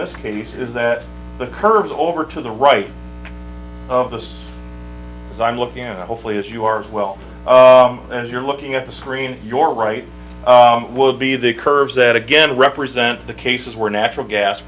this case is that the curves over to the right of this as i'm looking at hopefully as you are as well as you're looking at the screen your right would be the curves that again represent the cases where natural gas